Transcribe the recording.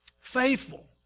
faithful